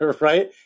Right